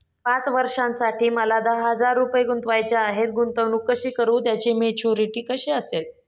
पाच वर्षांसाठी मला दहा हजार रुपये गुंतवायचे आहेत, गुंतवणूक कशी करु व त्याची मॅच्युरिटी कशी असेल?